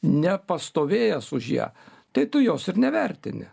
nepastovėjęs už ją tai tu jos ir nevertini